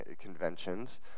conventions